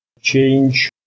change